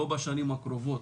לא בשנים הקרובות.